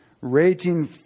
raging